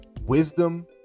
wisdom